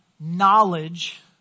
knowledge